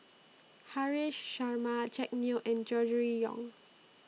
Haresh Sharma Jack Neo and Gregory Yong